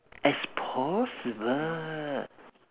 as possible